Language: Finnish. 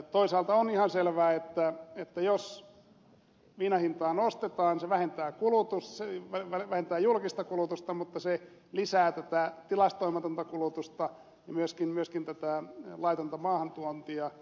toisaalta on ihan selvää että jos viinan hintaa nostetaan se vähentää julkista kulutusta mutta se lisää tätä tilastoimatonta kulutusta ja myöskin laitonta maahantuontia